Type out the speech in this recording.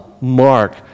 Mark